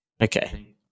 Okay